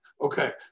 okay